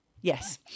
Yes